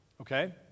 okay